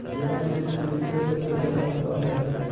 कीड़ा किस चीज से सबसे ज्यादा होता है?